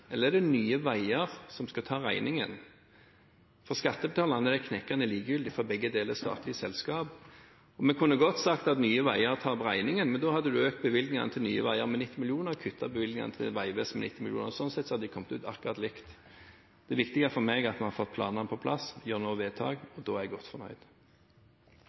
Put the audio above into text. knekkende likegyldig, for begge deler er statlige selskaper. Vi kunne godt sagt at Nye Veier tar regningen, men da hadde man økt bevilgningene til Nye Veier med 90 mill. kr og kuttet bevilgningene til Vegvesenet med 90 mill. kr. Sånn sett hadde de kommet ut akkurat likt. Det viktige for meg er at man har fått planene på plass, gjør noen vedtak, og da er jeg godt fornøyd.